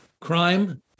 crime